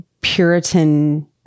Puritan